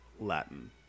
Latin